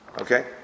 Okay